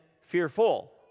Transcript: fearful